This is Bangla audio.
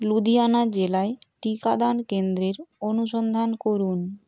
লুধিয়ানা জেলায় টিকাদান কেন্দ্রের অনুসন্ধান করুন